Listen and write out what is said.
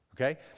okay